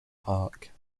park